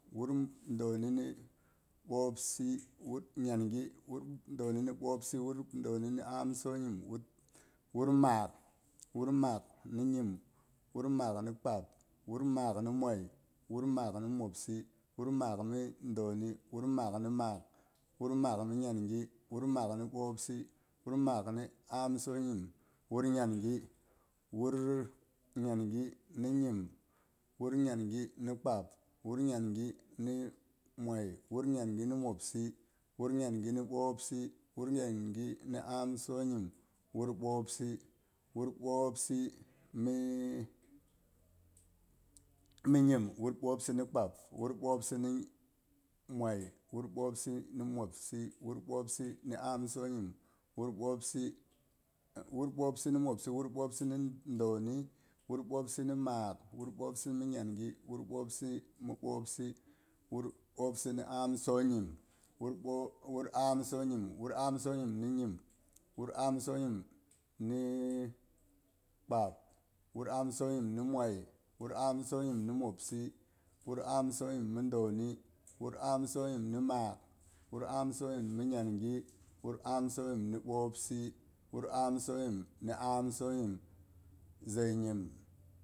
Wur dauni ni ɓwopsi mi nyangi, wur dauni ni ɓwopsi, wur dauni ni amsonyim, wur maak wur maak ni nyim, wur maak ni kpab, wur maak ni mwai, wur maak ni mwopsi, wur maak ni dauni, wur maak ni mwopsi, wur maak ni dauni, wur maak ni maak, wur maak ni nyangi, wur maak ni bwopsi, wur maak ni nyangi, wur maak ni bwopsi, wur maak ni amsonyim, wur nyangi, wur nyangi ni nyim, wur nyangi ni kpab, wur nyangi ni mwai, wur nyangi ni mwopsi, wur nyangi ni dauni, wur nyangi ni maak, wur nyangi ni maak, wur nyangi ni nyangi, wur nyangi ni ɓwopsi, wur nyangi ni amsonyim, wur ɓwopsi, wur ɓwopsi ni- nyim, wur ɓwopsi ni kpab, wur ɓwopsi ni mwai, wur ɓwopsi ni mwopsi, wur ɓwopsi ni amsonyim, wur ɓwopsi, wur ɓwopsi ni mwopsi, wur ɓwopsi ni dauni, wu ɓwopsi ni ɓwopsi, wur ɓwopsi ni amsonyim wur amsonyim, wur amsonyim mi nyim wur amsonyim ni kpab, wur amsonyim ni mwai, wur amsonyim ni mwopsi wur amsonyim ni dauni, wur amsonyim ni maak, wur amsonyim ni nyangi, wur ansonyim ni ɓwopsi, wur amsonyim ni amsonyim zai nyim.